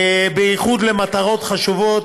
בייחוד למטרות חשובות.